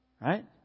Right